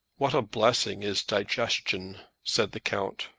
what a blessing is digestion! said the count.